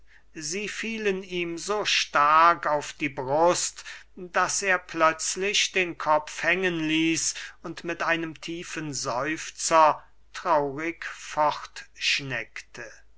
sie fielen ihm so stark auf die brust daß er plötzlich den kopf hängen ließ und mit einem tiefen seufzer traurig